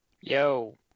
Yo